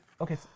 okay